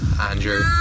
Andrew